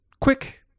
quick